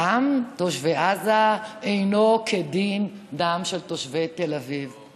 דם תושבי עוטף עזה אינו כדין דם של תושבי תל אביב.